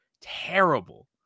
Terrible